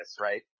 right